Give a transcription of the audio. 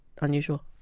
unusual